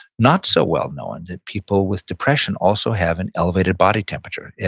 not so well known that people with depression also have an elevated body temperature. yeah